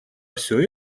все